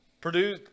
Purdue